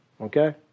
Okay